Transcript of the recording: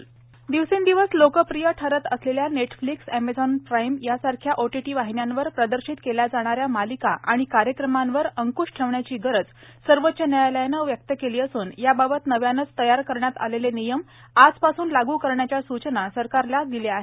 सर्वोच्च न्यायालय ओटीटी दिवसेंदिवस लोकप्रिय ठरत असलेल्या नेटफ्लिक्स एमेझॉन प्राईम सारख्या ओटीटी वाहिन्यांवर प्रदर्शित केल्या जाणाऱ्या मालिका आणि कार्यक्रमांवर अंक्श ठेवण्याची गरज सर्वोच्च न्यायालयानं व्यक्त केली असून याबाबत नव्यानेच तयार करण्यात आलेले नियम आजपासून लागू करण्याच्या सूचना सरकारला दिल्या आहेत